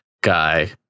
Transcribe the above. guy